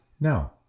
Now